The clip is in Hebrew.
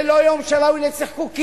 זה לא יום שראוי לצחקוקים.